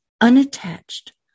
unattached